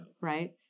Right